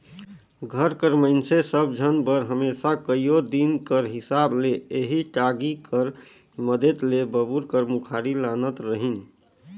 घर कर मइनसे सब झन बर हमेसा कइयो दिन कर हिसाब ले एही टागी कर मदेत ले बबूर कर मुखारी लानत रहिन